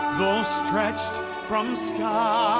though stretched from sky